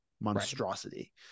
monstrosity